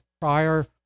prior